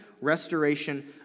restoration